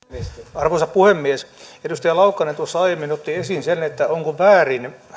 arvoisa puhemies edustaja laukkanen tuossa aiemmin otti esiin sen onko väärin